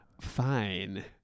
fine